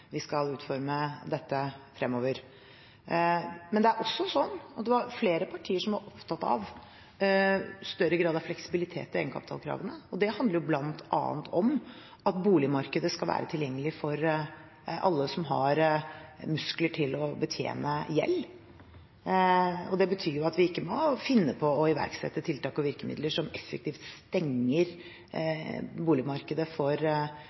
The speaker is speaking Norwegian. vi skal utforme dette fremover. Det er flere partier som er opptatt av større grad av fleksibilitet i egenkapitalkravene. Det handler bl.a. om at boligmarkedet skal være tilgjengelig for alle som har muskler til å betjene gjeld. Det betyr at vi ikke må finne på å iverksette tiltak og virkemidler som effektivt stenger boligmarkedet for